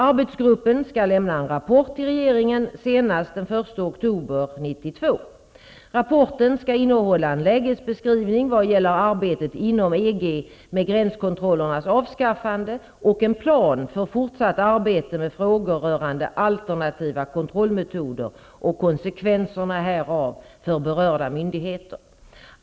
Arbetsgruppen skall lämna en rapport till regeringen senast den 1 oktober 1992. Rapporten skall innehålla en lägesbeskrivning vad gäller arbetet inom EG med gränskontrollernas avskaffande och en plan för fortsatt arbete med frågor rörande alternativa kontrollmetoder och konsekvenserna härav för berörda myndigheter.